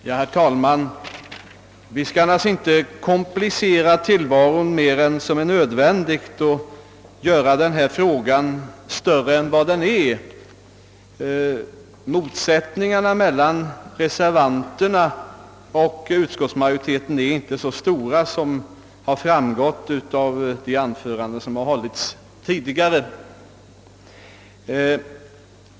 Herr talman! Vi skall naturligtvis inte komplicera tillvaron mer än som är nödvändigt genom att göra denna fråga större än den är. Motsättningarna mellan reservanterna och utskottsmajoriteten är inte så stora som synes framgå av de anföranden som hållits tidigare.